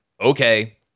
okay